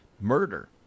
murder